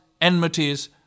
enmities